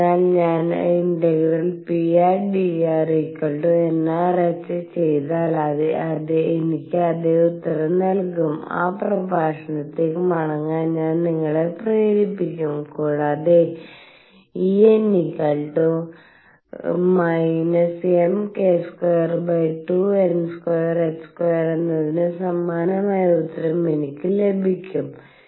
അതിനാൽ ഞാൻ ∫prdrnrh ചെയ്താൽ എനിക്ക് അതേ ഉത്തരം നൽകും ആ പ്രഭാഷണത്തിലേക്ക് മടങ്ങാൻ ഞാൻ നിങ്ങളെ പ്രേരിപ്പിക്കും കൂടാതെ En mk22n2h2 എന്നതിന് സമാനമായ ഉത്തരം എനിക്ക് ലഭിക്കും